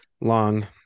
long